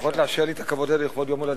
לפחות לאפשר לי את הכבוד הזה לכבוד יום הולדתי.